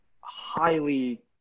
highly